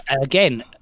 again